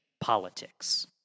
politics